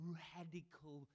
radical